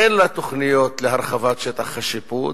אין לה תוכניות להרחבת שטח השיפוט,